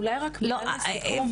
אולי רק מילה לסיכום.